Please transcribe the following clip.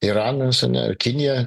iranas ane ar kinija